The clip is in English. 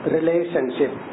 Relationship